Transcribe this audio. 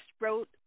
wrote